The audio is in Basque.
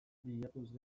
bilatuz